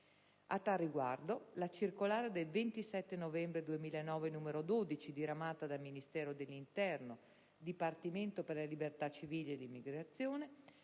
A tal riguardo, la circolare 27 novembre 2009, n. 12, diramata dal Ministero dell'interno - Dipartimento per le libertà civili e l'immigrazione